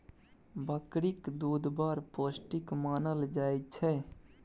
बकरीक दुध बड़ पौष्टिक मानल जाइ छै